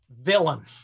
villain